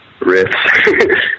riffs